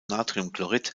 natriumchlorid